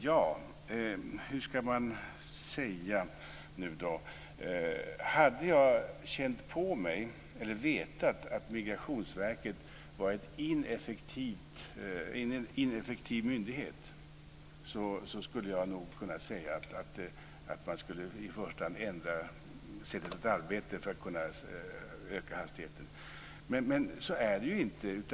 Fru talman! Hade jag vetat att Migrationsverket var en ineffektiv myndighet skulle jag nog säga att man i första hand skulle ändra sättet att arbeta för att kunna öka hastigheten. Men så är det ju inte.